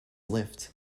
lift